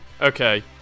Okay